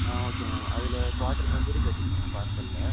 ஆ okay ma'am அதில் quarter tandoori கட்டிக்கிங்க பார்சலில்